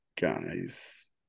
guys